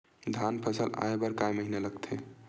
धान फसल आय बर कय महिना लगथे?